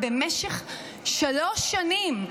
במשך שלוש שנים,